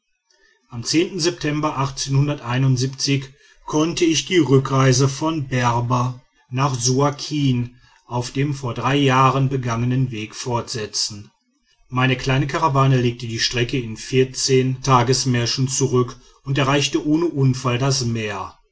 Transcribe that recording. am september konnte ich die rückreise von berber nach suakin auf dem vor drei jahren begangenen weg fortsetzen meine kleine karawane legte die strecke in vierzehn tagemärschen zurück und erreichte ohne unfall das meer